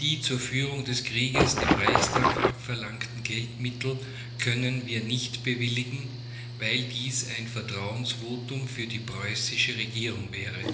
die zur führung des krieges dem reichstag abverlangten geldmittel können wir nicht bewilligen weil dies ein vertrauensvotum für die preußische regierung wäre